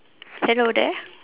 hello there